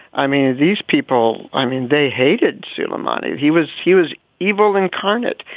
i mean, these people i mean, they hated suleimani. he was he was evil incarnate.